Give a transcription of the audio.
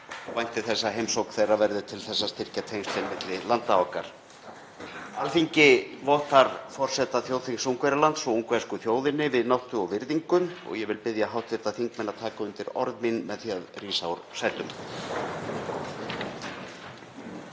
vænti þess að heimsókn þeirra til Íslands verði til þess að styrkja tengslin milli landa okkar. Alþingi vottar forseta þjóðþings Ungverjalands og ungversku þjóðinni vináttu og virðingu. Ég bið hv. alþingismenn að taka undir orð mín með því að rísa úr sætum.